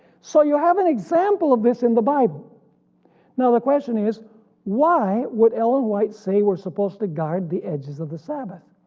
so you have an example of this in the bible now the question is why would ellen white say we're supposed to guard the edges of the sabbath.